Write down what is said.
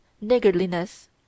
niggardliness